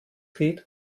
geht